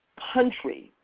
country.